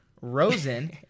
Rosen